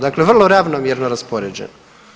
Dakle vrlo ravnomjerno raspoređene.